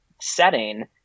setting